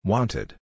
Wanted